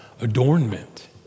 adornment